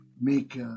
make